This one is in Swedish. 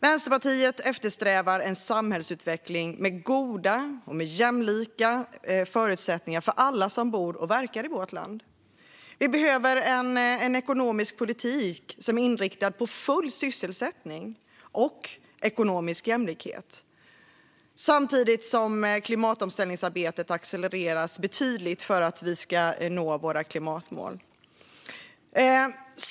Vänsterpartiet eftersträvar en samhällsutveckling med goda och jämlika förutsättningar för alla som bor och verkar i vårt land. Vi behöver en ekonomisk politik som är inriktad på full sysselsättning och ekonomisk jämlikhet samtidigt som klimatomställningsarbetet accelereras betydligt för att vi ska nå våra klimatmål.